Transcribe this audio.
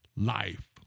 life